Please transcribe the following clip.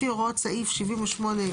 לפי הוראות סעיף 78לב,